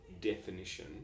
definition